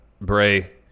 Bray